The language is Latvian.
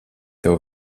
tev